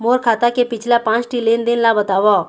मोर खाता के पिछला पांच ठी लेन देन ला बताव?